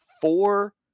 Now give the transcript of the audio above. four